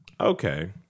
okay